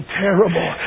terrible